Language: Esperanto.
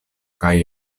kaj